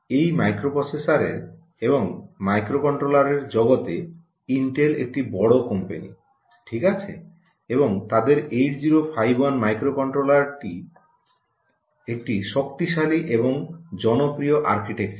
এই মাইক্রোপ্রসেসরের এবং মাইক্রোকন্ট্রোলার জগতে ইন্টেল একটি বড় কোম্পানি ঠিক আছে এবং তাদের 8051 মাইক্রোকন্ট্রোলার একটি শক্তিশালী এবং জনপ্রিয় আর্কিটেকচার